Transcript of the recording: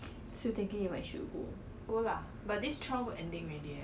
orh orh